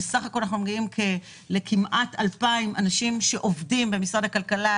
אנחנו מגיעים לכמעט 2,000 אנשים שעובדים במשרד הכלכלה,